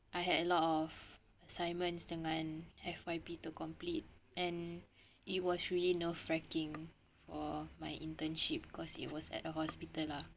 I had a lot of assignments dengan F_Y_P to complete and it was really nerve wrecking for my internship cause it was at a hospital lah